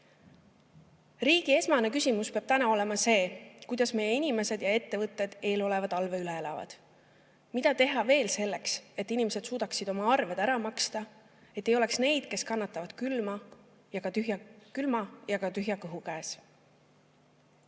Riigi esmane küsimus peab täna olema see, kuidas meie inimesed ja ettevõtted eeloleva talve üle elavad, mida teha veel selleks, et inimesed suudaksid oma arved ära maksta, et ei oleks neid, kes kannatavad külma ja ka tühja kõhu